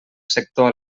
sector